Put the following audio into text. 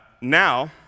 Now